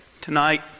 Tonight